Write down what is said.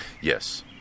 yes